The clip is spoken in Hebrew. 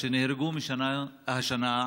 נהרגו השנה,